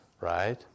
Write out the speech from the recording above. Right